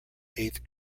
eighth